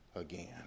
again